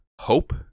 hope